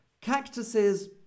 Cactuses